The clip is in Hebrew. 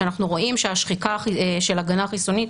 שאנחנו רואים שהשחיקה של הגנה חיסונית